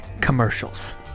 commercials